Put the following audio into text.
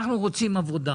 אנחנו רוצים עבודה.